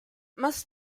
más